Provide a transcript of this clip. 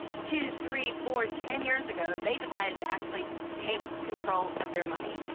two, three, four, ten years ago, they decided to actually take control of their money.